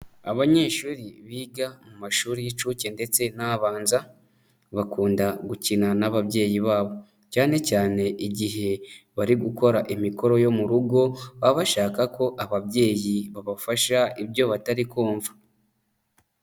Abanyeshuri biga mu mashuri y'inshuke ndetse n'abanza, bakunda gukina n'ababyeyi babo, cyane cyane igihe bari gukora imikoro yo mu rugo baba bashaka ko ababyeyi babafasha ibyo batari kumva.